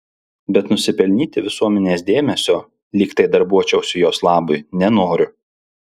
bet nusipelnyti visuomenės dėmesio lyg tai darbuočiausi jos labui nenoriu